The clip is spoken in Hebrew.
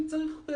אם צריך,